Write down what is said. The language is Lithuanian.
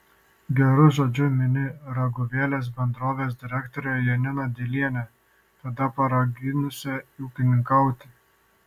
geru žodžiu mini raguvėlės bendrovės direktorę janiną dilienę tada paraginusią ūkininkauti